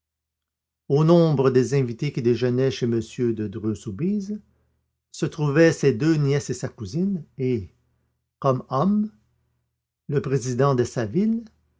au nombre des invités qui déjeunaient chez m de dreux soubise se trouvaient ses deux nièces et sa cousine et comme hommes le président d'essaville